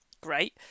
Great